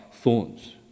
thorns